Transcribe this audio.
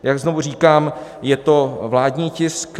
Jak znovu říkám, je to vládní tisk.